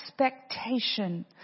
expectation